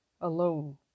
alone